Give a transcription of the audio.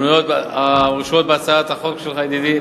המנויות בהצעת החוק שלך, ידידי.